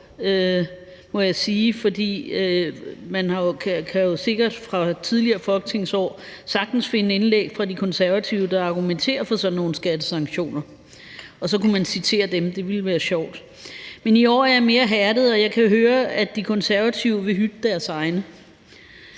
Konservative fra tidligere folketingsår, hvor der argumenteres for sådan nogle skattesanktioner, og så kunne man citere dem – det ville være sjovt. Men i år er jeg mere hærdet, og jeg kan høre, at De Konservative vil hytte deres egne.